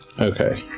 Okay